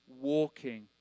walking